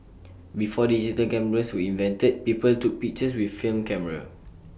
before the digital cameras were invented people took pictures with film camera